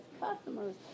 customers